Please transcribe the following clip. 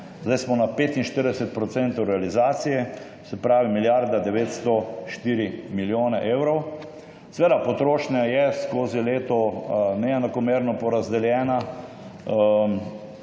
zdaj smo na 45 % realizacije, se pravi, milijarda 904 milijone evrov. Potrošnja je skozi leto neenakomerna porazdeljena.